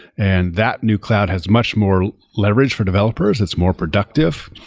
and that new cloud has much more leverage for developers. it's more productive,